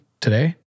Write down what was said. today